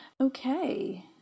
Okay